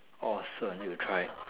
awesome need to try